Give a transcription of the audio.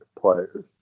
players